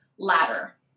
ladder